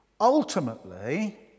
ultimately